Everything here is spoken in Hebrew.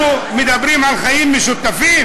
אנחנו מדברים על חיים משותפים?